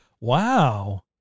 Wow